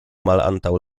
malantaŭ